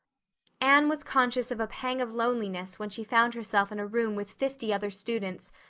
anne was conscious of a pang of loneliness when she found herself in a room with fifty other students,